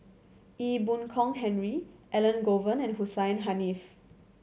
Ee Boon Kong Henry Elangovan and Hussein Haniff